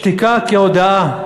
שתיקה כהודאה.